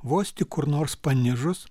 vos tik kur nors panižus